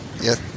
Yes